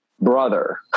brother